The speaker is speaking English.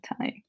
time